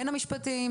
הן המשפטיים,